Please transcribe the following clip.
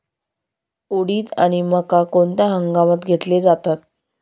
उडीद आणि मका कोणत्या हंगामात घेतले जातात?